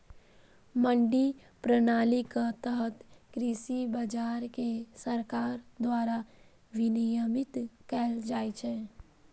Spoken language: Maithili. मंडी प्रणालीक तहत कृषि बाजार कें सरकार द्वारा विनियमित कैल जाइ छै